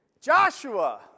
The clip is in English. Joshua